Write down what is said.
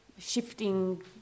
shifting